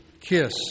kiss